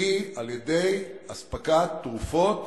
והיא על-ידי אספקת תרופות